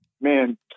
man